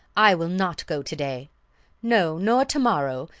i will not go to-day no, nor to-morrow,